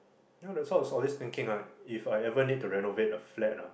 no there a sort of thinking right if I ever need to renovate a flat ah